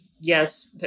yes